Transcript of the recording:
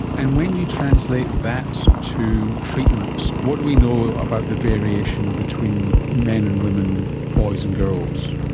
and when you translate that to treatments, what do we know about the variation between men and women, boys and girls?